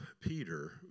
Peter